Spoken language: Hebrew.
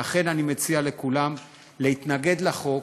ולכן אני מציע לכולם להתנגד לחוק